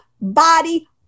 body